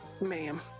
ma'am